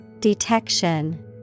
Detection